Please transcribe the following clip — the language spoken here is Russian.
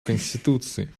конституции